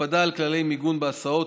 הקפדה על כללי מיגון בהסעות,